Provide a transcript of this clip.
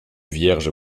vierges